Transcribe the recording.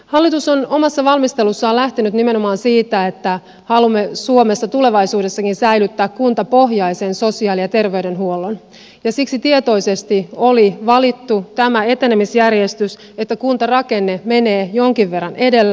hallitus on omassa valmistelussaan lähtenyt nimenomaan siitä että haluamme suomessa tulevaisuudessakin säilyttää kuntapohjaisen sosiaali ja terveydenhuollon ja siksi tietoisesti oli valittu tämä etenemisjärjestys että kuntarakenne menee jonkin verran edellä